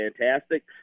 fantastic